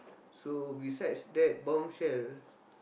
so besides that Bombshell